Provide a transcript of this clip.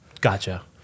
Gotcha